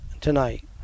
tonight